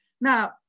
Now